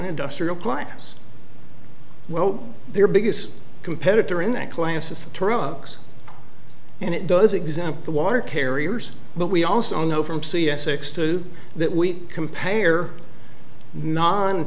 industrial plant as well their biggest competitor in that class is trucks and it does exempt the water carriers but we also know from c s six to that we compare non